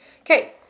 Okay